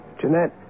Jeanette